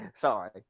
Sorry